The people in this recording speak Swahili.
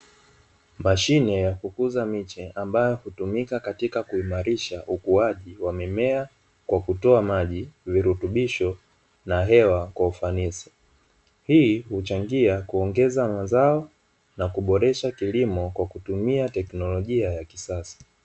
Mashine ya kukuza miche ambayo hutumika katika kuimarisha ukuaji wa mimea kwa kutoa maji, virutubisho na hewa kwa ufanisi. Hii huchangia kuongeza mazao, na kuboresha kilimo kwa kutumia teknolojia ya kisasa.